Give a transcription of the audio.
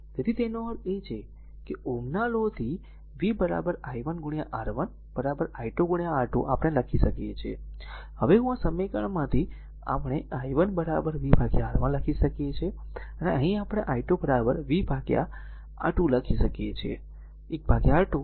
તેથી તેનો અર્થ એ છે કે ઓહ્મના લો થી v i1 R1 i2 R2 આપણે લખી શકીએ છીએ હવે હું તેથી આ સમીકરણમાંથી આપણે i1 v R1 લખી શકીએ છીએ અને અહીં પણ આપણે i2 v v R2 લખી શકીએ છીએ